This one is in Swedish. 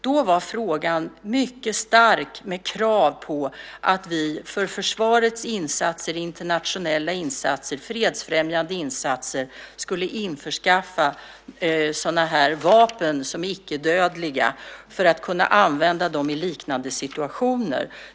Då framfördes mycket starka krav på att vi för försvarets insatser, internationella insatser och fredsfrämjande insatser skulle införskaffa sådana här vapen som är icke-dödliga för att kunna använda dem i liknande situationer.